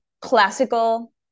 classical